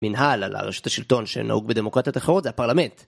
מנהל על הרשות השלטון שנהוג בדמוקרטיית אחרות זה הפרלמנט.